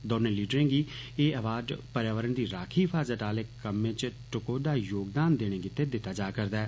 दौने लीडरें गी एह् एवार्ड पर्यावरण दी राखी हिफाज़त आह्ले कम्मै च टकोह्द योगदान देने गित्तै दित्ता जा'रदा ऐ